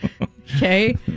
okay